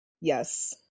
yes